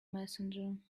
messenger